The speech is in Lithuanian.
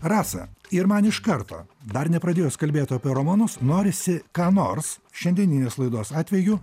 rasa ir man iš karto dar nepradėjus kalbėt apie romanus norisi ką nors šiandieninės laidos atveju